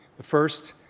the first